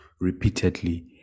repeatedly